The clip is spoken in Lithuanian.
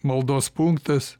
maldos punktas